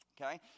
Okay